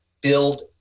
build